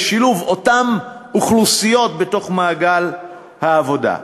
ושילוב אותן אוכלוסיות במעגל העבודה.